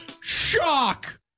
shock